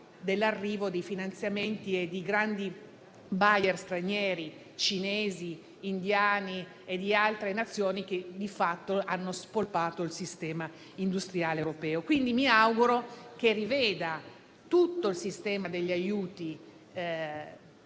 dell'arrivo dei finanziamenti e dei grandi *buyer* stranieri, cinesi, indiani e di altre nazioni, che di fatto hanno spolpato il sistema industriale europeo. Quindi mi auguro che si riveda tutto il sistema degli aiuti da